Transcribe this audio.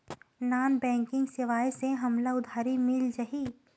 Non banking सेवाएं से हमला उधारी मिल जाहि?